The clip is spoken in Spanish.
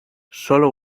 sólo